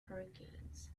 hurricanes